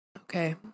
Okay